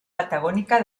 patagónica